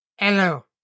Hello